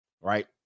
right